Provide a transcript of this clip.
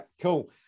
cool